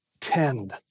tend